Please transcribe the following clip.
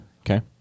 okay